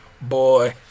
Boy